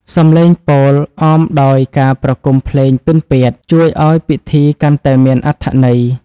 សំឡេងពោលអមដោយការប្រគំភ្លេងពិណពាទ្យ ជួយឱ្យពិធីកាន់តែមានអត្ថន័យ។